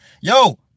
Yo